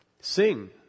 Sing